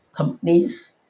companies